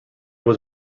was